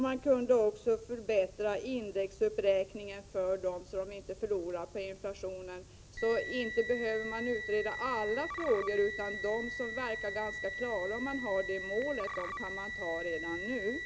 Man kunde också förbättra indexuppräkningen för dem så att de inte förlorar på inflationen. Man behöver alltså inte utreda alla frågor. De regler som verkar klara, om man har denna målsättning, borde kunna tillämpas redan nu.